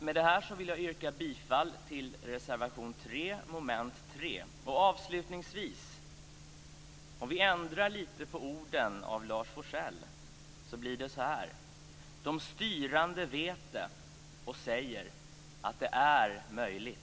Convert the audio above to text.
Med det anförda vill jag yrka bifall till reservation 3 under mom. 3. Avslutningsvis: Om vi ändrar lite på orden av Lars Forssell så blir det: De styrande vet det och säger att det är möjligt.